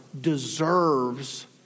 deserves